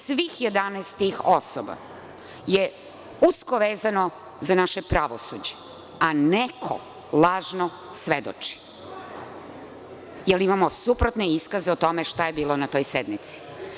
Svih 11 osoba je usko vezano za naše pravosuđe, a neko lažno svedoči, jer imamo suprotne iskaze o tome šta je bilo na toj sednici.